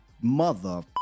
mother